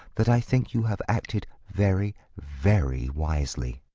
that i think you have acted very, very wisely.